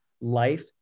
life